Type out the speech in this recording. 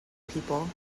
people